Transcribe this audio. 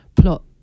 plot